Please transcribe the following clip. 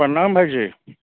प्रणाम भायजी